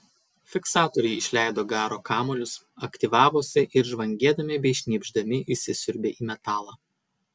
fiksatoriai išleido garo kamuolius aktyvavosi ir žvangėdami bei šnypšdami įsisiurbė į metalą